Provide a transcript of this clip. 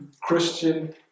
Christian